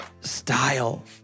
style